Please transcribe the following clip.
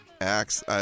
acts